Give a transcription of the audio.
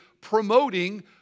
promoting